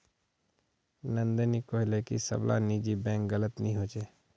नंदिनी कोहले की सब ला निजी बैंक गलत नि होछे